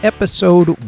Episode